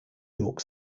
york